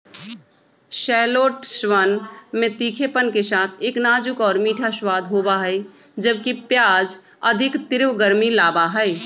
शैलोट्सवन में तीखेपन के साथ एक नाजुक और मीठा स्वाद होबा हई, जबकि प्याज अधिक तीव्र गर्मी लाबा हई